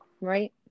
right